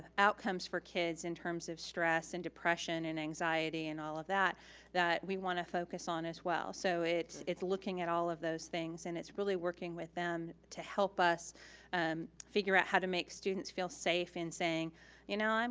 outcomes for kids in terms of stress and depression and anxiety and all of that that we wanna focus on as well. so it's it's looking at all of those things and it's really working with them to help us figure out how to make students feel safe and saying you know, um